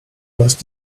hast